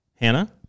Hannah